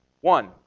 One